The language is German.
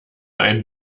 ein